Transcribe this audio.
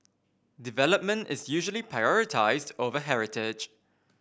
development is usually prioritised over heritage